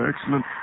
Excellent